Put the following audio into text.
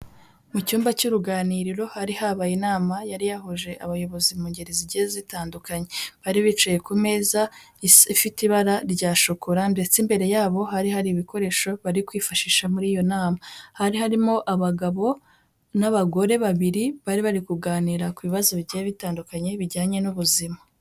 Mu cyumba cy'uruganiriro hari habaye inama yari yahuje abayobozi mu ngeri zigiye zitandukanye, bari bicaye ku meza ifite ibara rya shokora ndetse imbere yabo hari hari ibikoresho bari kwifashisha muri iyo nama, hari harimo abagabo n'abagore babiri bari bari kuganira ku bibazo bigiye bitandukanye bijyanye n'ubuzima.